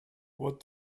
what